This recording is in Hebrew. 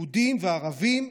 יהודים וערבים,